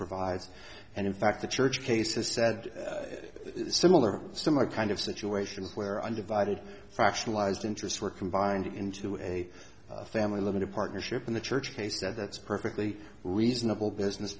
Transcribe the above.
provides and in fact the church cases said similar similar kind of situations where undivided fractionalized interests were combined into a family limited partnership in the church case that's perfectly reasonable business